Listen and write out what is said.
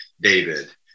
David